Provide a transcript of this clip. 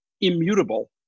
immutable